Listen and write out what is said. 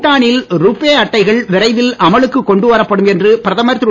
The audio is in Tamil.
பூடா னில் ருபே அட்டைகள் விரைவில் அமலுக்குக் கொண்டுவரப் படும் என்று பிரதமர் திரு